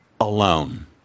alone